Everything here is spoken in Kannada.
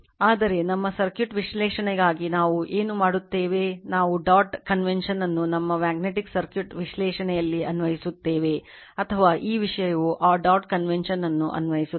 ಆದರೆ ನಮ್ಮ ಸರ್ಕ್ಯೂಟ್ ವಿಶ್ಲೇಷಣೆಗಾಗಿ ನಾವು ಏನು ಮಾಡುತ್ತೇವೆ ನಾವು ಡಾಟ್ convention ಅನ್ನು ನಮ್ಮ ಮ್ಯಾಗ್ನೆಟಿಕ್ ಸರ್ಕ್ಯೂಟ್ ವಿಶ್ಲೇಷಣೆಯಲ್ಲಿ ಅನ್ವಯಿಸುತ್ತೇವೆ ಅಥವಾ ಈ ವಿಷಯವು ಆ ಡಾಟ್ convention ಅನ್ನು ಅನ್ವಯಿಸುತ್ತದೆ